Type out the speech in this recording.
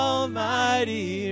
Almighty